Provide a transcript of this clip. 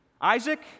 Isaac